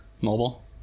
mobile